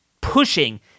pushing